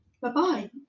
bye-bye